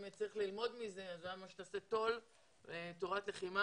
אם צריך ללמוד מזה, תעשה תו"ל - תורת לחימה